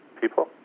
people